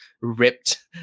ripped